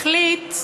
החליט,